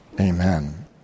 Amen